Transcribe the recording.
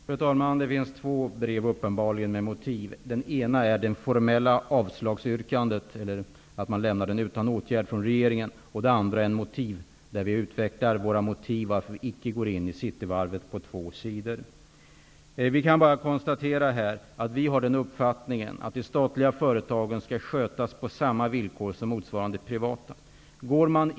Fru talman! Det finns uppenbarligen två brev med motiv. Det ena är det formella avslagsyrkandet, att regeringen lämnar förslaget utan åtgärd. Det andra är ett brev på två sidor där vi utvecklar våra motiv till att vi inte går in i Cityvarvet. Jag kan bara konstatera att regeringens uppfattning är att de statliga företagen skall skötas på samma villkor som motsvarande privata företag.